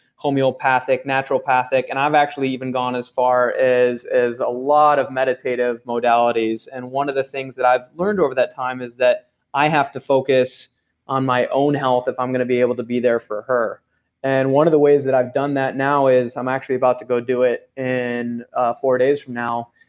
homeopathic naturopathic, and i've actually even gone as far as as a lot of meditative modalities, and one of the things that i've learned over that time is that i have to focus on my own health if i'm going to be able to be there for her and one of the ways that i've done that now is, i'm actually about to go do it in ah four days from now,